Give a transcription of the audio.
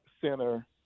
center